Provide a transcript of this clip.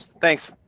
thanks.